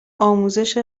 آموزش